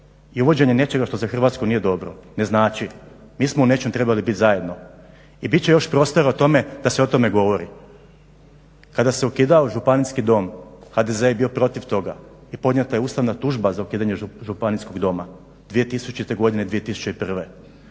i uvođenje nečega što za Hrvatsku nije dobro? Ne znači. Mi smo u nečem trebali bit zajedno. I bit će još prostora u tome da se o tome govori. Kada se ukidao Županijski dom HDZ je bio protiv toga i podnijeta je ustavna tužba za ukidanje Županijskog doma 2000. godine, 2001.